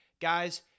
Guys